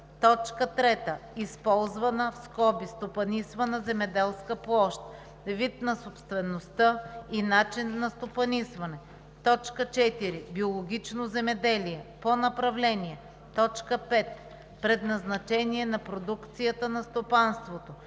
3. Използвана (стопанисвана) земеделска площ – вид на собствеността и начин на стопанисване. 4. Биологично земеделие – по направления. 5. Предназначение на продукцията на стопанството.